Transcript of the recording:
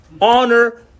honor